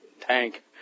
Tank